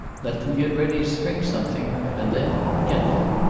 let them get ready to spring something. and then get them.